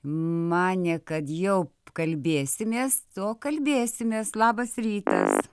manė kad jau kalbėsimės o kalbėsimės labas rytas